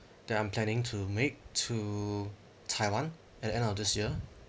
that I'm planning to make to taiwan at the end of this year